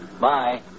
Bye